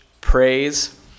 praise